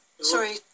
Sorry